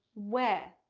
where.